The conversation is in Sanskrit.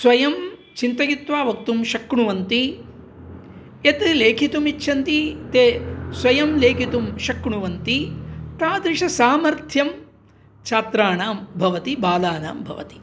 स्वयं चिन्तयित्वा वक्तुं शक्नुवन्ति यत् लिखितुमिच्छन्ति ते स्वयं लेखितुं शक्नुवन्ति तादृशसामर्थ्यं छात्राणां भवति बालानां भवति